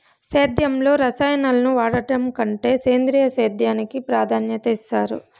సేద్యంలో రసాయనాలను వాడడం కంటే సేంద్రియ సేద్యానికి ప్రాధాన్యత ఇస్తారు